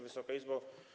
Wysoka Izbo!